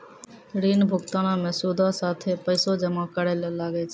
ऋण भुगतानो मे सूदो साथे पैसो जमा करै ल लागै छै